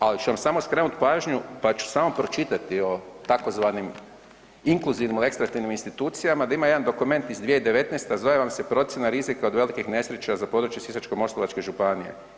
Ali ću vam samo skrenuti pažnju pa ću samo pročitati o tzv. inkluzivnim ili ekspertivnim institucijama, da ima jedan dokument iz 2019. a zove vam se Procjena rizika od velikih nesreća za područje Sisačko-moslavačke županije.